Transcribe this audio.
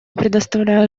предоставляю